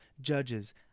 Judges